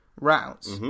routes